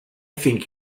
think